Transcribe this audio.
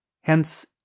hence